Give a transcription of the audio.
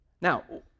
Now